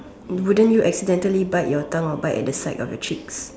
wouldn't you accidentally bite your tongue or bite at the side of your cheeks